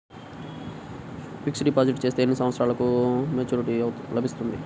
Fixed deposit చేస్తే ఎన్ని సంవత్సరంకు మెచూరిటీ లభిస్తుంది?